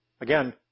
Again